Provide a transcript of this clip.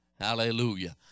hallelujah